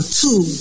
two